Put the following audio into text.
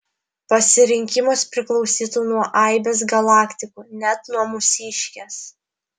pasirinkimas priklausytų nuo aibės galaktikų net nuo mūsiškės